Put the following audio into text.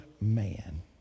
man